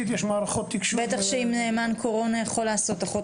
בטח שאם נאמן קורונה יכול לעשות, אחות